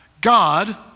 God